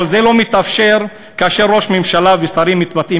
אבל זה לא מתאפשר כאשר ראש ממשלה ושרים מתבטאים